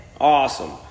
awesome